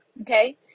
Okay